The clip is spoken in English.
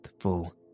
full